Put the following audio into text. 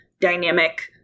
dynamic